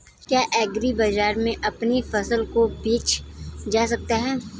क्या एग्रीबाजार में अपनी फसल को बेचा जा सकता है?